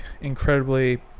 incredibly